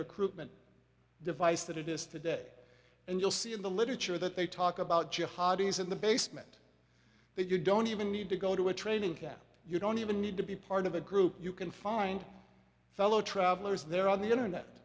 recruitment device that it is today and you'll see in the literature that they talk about jihadi is in the basement that you don't even need to go to a training camp you don't even need to be part of a group you can find fellow travelers there on the internet